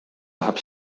läheb